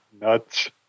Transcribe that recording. nuts